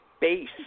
base